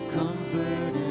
comfort